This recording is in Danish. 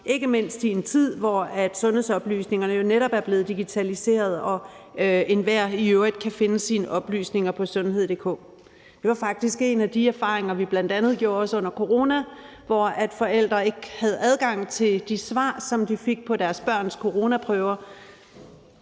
ikke mindst i en tid, hvor sundhedsoplysningerne netop er blevet digitaliseret og enhver i øvrigt kan finde sine oplysninger på sundhed.dk. Det var faktisk en af de erfaringer, vi bl.a. gjorde os under corona, hvor forældre ikke havde adgang til de svar, som de fik på deres børns coronaprøver.